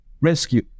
rescue